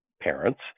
parents